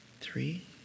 Three